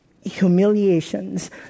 humiliations